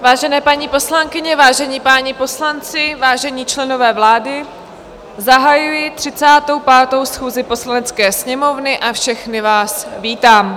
Vážené paní poslankyně, vážení páni poslanci, vážení členové vlády, zahajuji 35. schůzi Poslanecké sněmovny a všechny vás vítám.